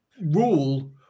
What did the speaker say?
rule